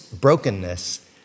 Brokenness